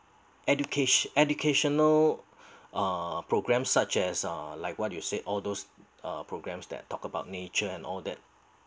educat~ educational uh programmes such as uh like what you say all those uh programmes that talk about nature and all that